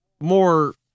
more